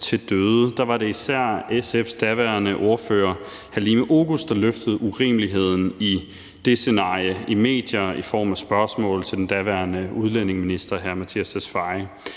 til døde, var det især SF's daværende ordfører, Halime Oguz, der løftede urimeligheden i det scenarie i medier og i form af spørgsmål til den daværende udlændingeminister, hr. Mattias